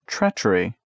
Treachery